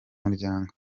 umuryango